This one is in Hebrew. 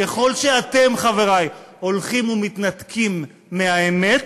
ככל שאתם, חברי, הולכים ומתנתקים מהאמת,